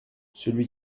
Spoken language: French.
celui